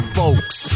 folks